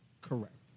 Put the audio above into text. correct